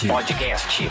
Podcast